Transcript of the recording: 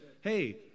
Hey